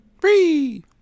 Free